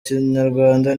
kinyarwanda